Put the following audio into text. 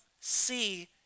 see